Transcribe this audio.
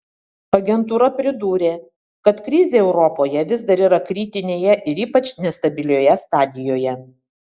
agentūra pridūrė kad krizė europoje vis dar yra kritinėje ir ypač nestabilioje stadijoje